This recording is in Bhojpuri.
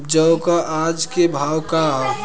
जौ क आज के भाव का ह?